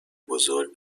بزرگ